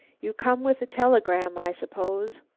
you come with a telegram, i suppose?